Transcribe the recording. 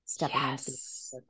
Yes